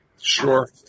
Sure